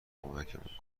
کمکمون